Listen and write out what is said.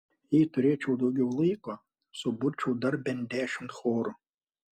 jei turėčiau daugiau laiko suburčiau dar bent dešimt chorų